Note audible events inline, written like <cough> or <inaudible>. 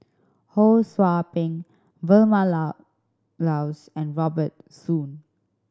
Ho Sou Ping Vilma <unintelligible> Laus and Robert Soon